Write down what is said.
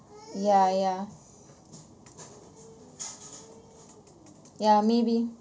ya ya ya maybe